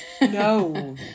No